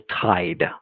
tide